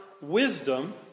wisdom